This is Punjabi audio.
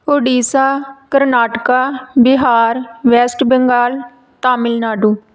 ਓਡੀਸ਼ਾ ਕਰਨਾਟਕਾ ਬਿਹਾਰ ਵੈਸਟ ਬੰਗਾਲ ਤਮਿਲਨਾਡੂ